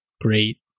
great